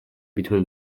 between